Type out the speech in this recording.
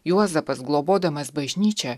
juozapas globodamas bažnyčią